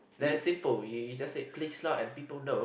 that is simple you you just said please lah and people know